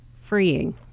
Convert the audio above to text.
freeing